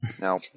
Now